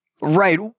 Right